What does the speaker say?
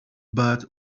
but